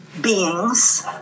beings